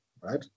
Right